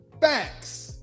facts